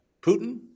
Putin